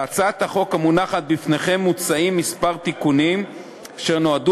בהצעת החוק המונחת בפניכם מוצעים כמה תיקונים אשר נועדו